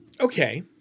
okay